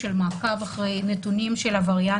על חובת ביצוע בדיקות בכניסה לישראל נדבר בארבע,